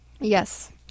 Yes